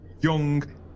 young